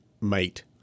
Mate